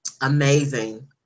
Amazing